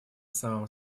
самым